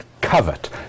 covet